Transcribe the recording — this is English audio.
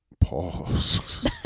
Pause